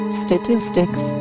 statistics